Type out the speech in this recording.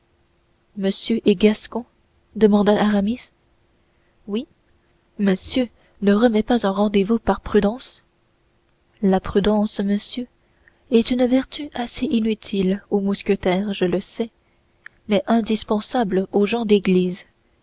monsieur est gascon demanda aramis oui monsieur ne remet pas un rendez-vous par prudence la prudence monsieur est une vertu assez inutile aux mousquetaires je le sais mais indispensable aux gens d'église